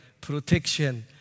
protection